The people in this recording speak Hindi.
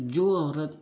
जो औरत